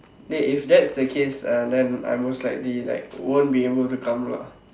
dey if that's the case uh then I most likely like won't be able to come lah